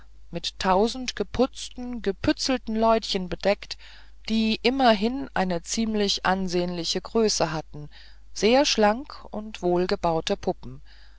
mit tausend geputzten gepützelten leutchen bedeckt die immerhin eine ziemlich ansehnliche größe hatten sehr schlank und wohlgebaute puppen